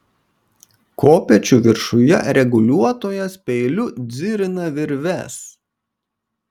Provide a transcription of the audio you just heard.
kopėčių viršuje reguliuotojas peiliu dzirina virves